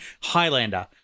Highlander